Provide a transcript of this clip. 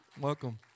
Welcome